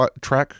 track